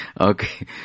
Okay